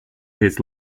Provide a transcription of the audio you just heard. his